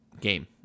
game